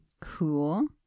Cool